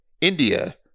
India